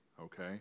okay